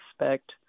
expect